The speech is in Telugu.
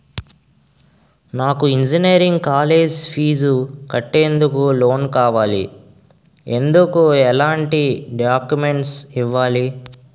నాకు ఇంజనీరింగ్ కాలేజ్ ఫీజు కట్టేందుకు లోన్ కావాలి, ఎందుకు ఎలాంటి డాక్యుమెంట్స్ ఇవ్వాలి?